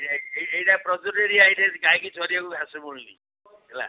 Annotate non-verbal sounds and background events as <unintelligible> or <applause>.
ଏଇଟା <unintelligible> ଏରିଆ ଏଇଠି ଗାଇକି ଚରେଇବାକୁ ଘାସ ବୁଣିଲି ହେଲା